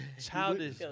Childish